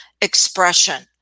expression